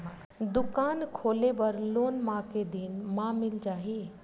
दुकान खोले बर लोन मा के दिन मा मिल जाही?